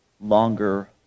longer